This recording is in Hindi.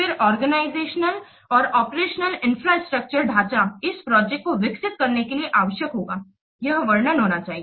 फिर ओर्गनइजेशनल और ऑपरेशनल इंफ्रास्ट्रक्चर ढाँचा इस प्रोजेक्ट को विकसित करने के लिए आवश्यक होगा यह वर्णन होना चाहिए